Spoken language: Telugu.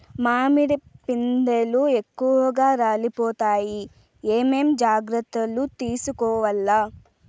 మామిడి పిందెలు ఎక్కువగా రాలిపోతాయి ఏమేం జాగ్రత్తలు తీసుకోవల్ల?